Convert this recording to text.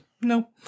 No